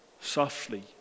softly